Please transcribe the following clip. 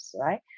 right